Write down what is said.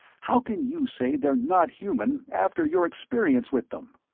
how can you say they're not human after your experience with them?